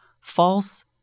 false